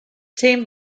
team